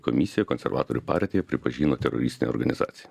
komisija konservatorių partiją pripažino teroristine organizacija